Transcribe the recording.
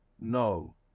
No